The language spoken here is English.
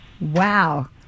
Wow